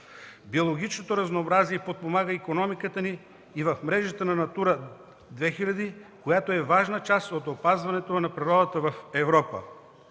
Биологичното разнообразие подпомага икономиката ни и в мрежата на „Натура 2000”, която е важна част от опазването на природата в Европа.